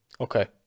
okay